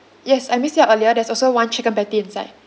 yes I missed it out earlier there's also one chicken patty inside